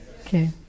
Okay